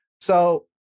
so-